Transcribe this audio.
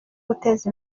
guteza